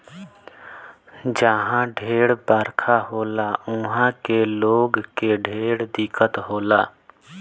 जहा ढेर बरखा होला उहा के लोग के ढेर दिक्कत होला